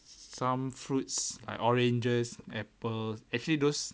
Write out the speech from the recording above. some fruits like oranges apples actually those